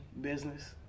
business